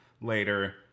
later